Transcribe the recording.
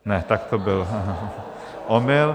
Ne, tak to byl omyl.